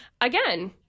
again